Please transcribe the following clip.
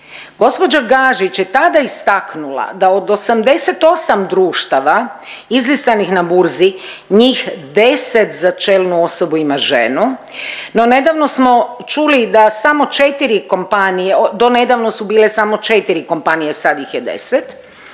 Gospođa Gažić je tada istaknula da od 88 društava izlistanih na burzi njih 10 za čelnu osobu ima ženu. No, nedavno smo čuli da samo četiri kompanije, do nedavno su bile samo 4 kompanije, sad ih je 10,